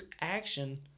action